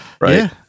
right